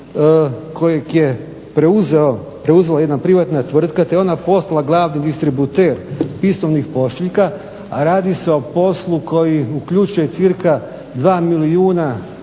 kojeg je preuzela jedna privatna tvrtka te je ona postala glavni distributer … pošiljka a radi se o poslu koji uključuje cirka 2 milijuna